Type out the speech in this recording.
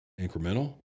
incremental